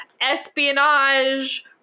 espionage